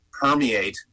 permeate